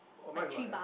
oh mine is not eh